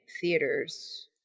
theaters